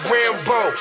Rambo